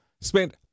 spent